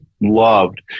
loved